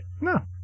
No